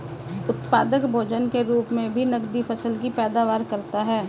उत्पादक भोजन के रूप मे भी नकदी फसल की पैदावार करता है